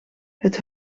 het